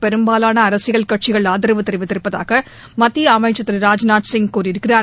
பெரும்பாலான அரசியல் கட்சிகள் ஆதரவு தெரிவித்திருப்பதாக மத்திய அமைச்சர் திரு ராஹ்நாத் சிங் கூறியிருக்கிறார்